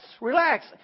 Relax